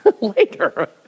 later